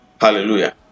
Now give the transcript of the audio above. Hallelujah